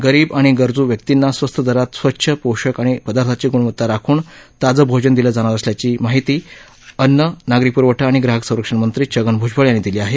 गरीब आणि गरजू व्यक्तींना स्वस्त दरात स्वच्छ पोषक व पदार्थाची ग्णवत्ता राखून ताजं भोजन दिलं जाणार असल्याची माहिती अन्न नागरी पुरवठा आणि ग्राहक संरक्षण मंत्री छगन भूजबळ यांनी दिली आहे